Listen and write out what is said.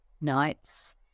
nights